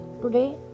Today